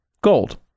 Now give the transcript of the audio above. Gold